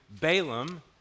Balaam